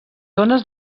ones